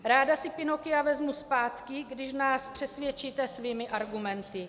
Ráda si Pinocchia vezmu zpátky, když nás přesvědčíte svými argumenty.